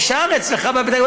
אפשר אצלך בבית-הכנסת?